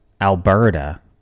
Alberta